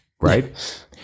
right